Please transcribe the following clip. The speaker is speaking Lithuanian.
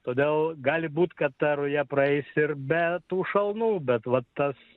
todėl gali būti kad ta ruja praeis ir be tų šalnų bet va tas